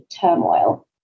turmoil